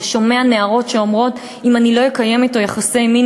אתה שומע נערות שאומרות: אם אני לא אקיים אתו יחסי מין,